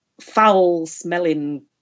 foul-smelling